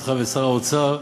אותך ואת שר האוצר,